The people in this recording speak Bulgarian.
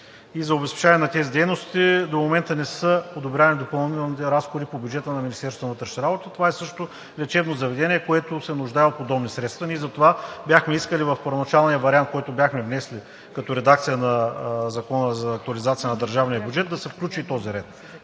за обезпечаване на тези дейности до момента не са одобрявани допълнителни разходи по бюджета на Министерството на вътрешните работи. Това също е лечебно заведение, което се нуждае от подобни средства. Затова ние бяхме искали в първоначалния вариант, който бяхме внесли като редакция на Закона за актуализация на държавния бюджет, да се включи и този ред.